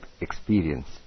experience